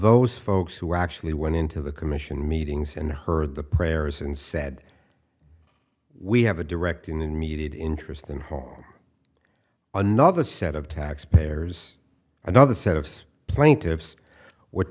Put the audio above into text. those folks who actually went into the commission meetings and heard the prayers and said we have a direct and immediate interest in whole another set of taxpayers another set of plaintiffs w